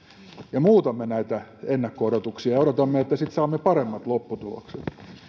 ja muutamme näitä ennakko odotuksia ja odotamme että sitten saamme paremmat lopputulokset